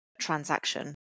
transaction